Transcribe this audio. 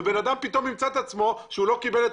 בן אדם פתאום ימצא את עצמו במצב שהוא לא קיבל את